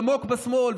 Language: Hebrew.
עמוק בשמאל,